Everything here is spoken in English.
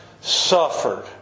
suffered